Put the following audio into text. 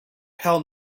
pell